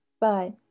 Bye